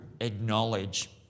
acknowledge